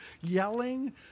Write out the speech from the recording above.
yelling